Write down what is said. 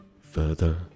further